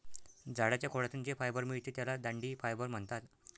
झाडाच्या खोडातून जे फायबर मिळते त्याला दांडी फायबर म्हणतात